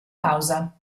pausa